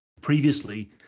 previously